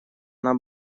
она